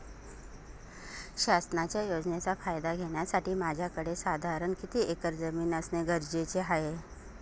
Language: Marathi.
शासनाच्या योजनेचा फायदा घेण्यासाठी माझ्याकडे साधारण किती एकर जमीन असणे गरजेचे आहे?